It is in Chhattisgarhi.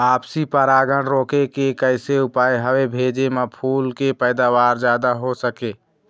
आपसी परागण रोके के कैसे उपाय हवे भेजे मा फूल के पैदावार जादा हों सके?